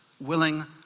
willing